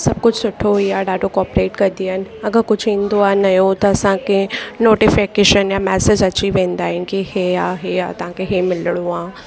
सभु कुझु सुठो ई आहे ॾाढो कोपरेट कंदी आहिनि अगरि कुझु ईंदो आहे नओं त असांखे नोटीफ़ेकेशन या मैसेज अची वेंदो आहे कि इहो आहे इहो आहे तव्हांखे इहो मिलिणो आहे